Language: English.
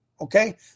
Okay